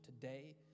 Today